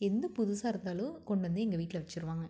எந்த புதுசாக இருந்தாலும் கொண்டு வந்து எங்கள் வீட்டில் வச்சிருவாங்க